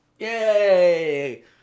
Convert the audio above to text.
Yay